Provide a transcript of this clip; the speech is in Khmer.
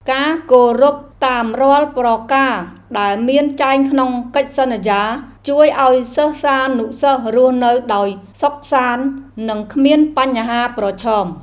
ការគោរពតាមរាល់ប្រការដែលមានចែងក្នុងកិច្ចសន្យាជួយឱ្យសិស្សានុសិស្សរស់នៅដោយសុខសាន្តនិងគ្មានបញ្ហាប្រឈម។